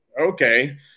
okay